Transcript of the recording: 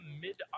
mid